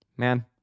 Man